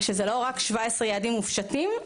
שזה לא רק 17 יעדים מופשטים,